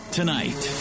Tonight